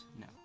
No